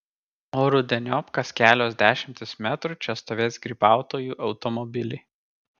o rudeniop kas kelios dešimtys metrų čia stovės grybautojų automobiliai